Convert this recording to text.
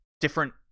different